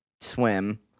swim